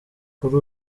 kuri